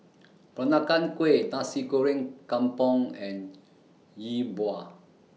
Peranakan Kueh Nasi Goreng Kampung and Yi Bua